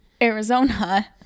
Arizona